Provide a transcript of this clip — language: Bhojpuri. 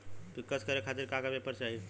पिक्कस करे खातिर का का पेपर चाही?